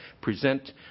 present